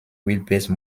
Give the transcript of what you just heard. wheelbase